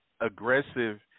aggressive